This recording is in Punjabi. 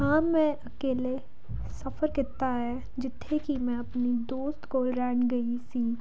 ਹਾਂ ਮੈਂ ਅਕੇਲੇ ਸਫਰ ਕੀਤਾ ਹੈ ਜਿੱਥੇ ਕਿ ਮੈਂ ਆਪਣੀ ਦੋਸਤ ਕੋਲ ਰਹਿਣ ਗਈ ਸੀ